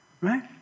right